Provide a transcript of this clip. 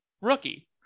rookie